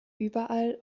überall